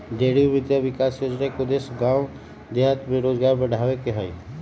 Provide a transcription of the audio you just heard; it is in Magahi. डेयरी उद्यमिता विकास योजना के उद्देश्य गाम देहात में रोजगार बढ़ाबे के हइ